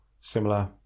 Similar